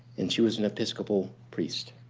and she was an episcopal priest.